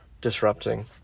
disrupting